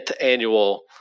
annual